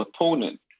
opponent